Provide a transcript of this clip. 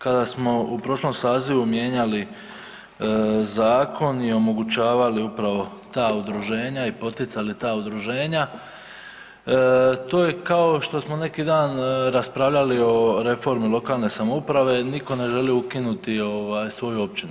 Kada smo u prošlom sazivu mijenjali zakon i omogućavali upravo ta udruženja i poticali ta udruženja, to je kao što smo neki dan raspravljali o reformi lokalne samouprave, niko ne želi ukinuti ovaj svoju općinu.